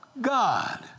God